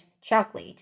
chocolate